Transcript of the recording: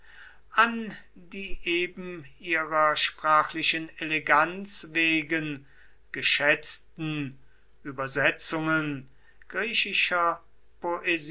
an die eben ihrer sprachlichen eleganz wegen geschätzten übersetzungen griechischer